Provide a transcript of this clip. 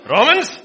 Romans